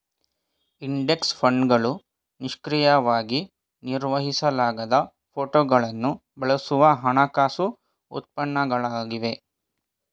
index ಫಂಡ್ಗಳು ನಿಷ್ಕ್ರಿಯವಾಗಿ ನಿರ್ವಹಿಸಲಾಗದ ಫೋಟೋಗಳನ್ನು ಬಳಸುವ ಹಣಕಾಸು ಉತ್ಪನ್ನಗಳಾಗಿವೆ